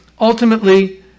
ultimately